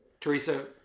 Teresa